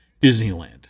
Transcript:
Disneyland